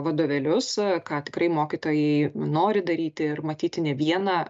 vadovėlius ką tikrai mokytojai nori daryti ir matyti ne vieną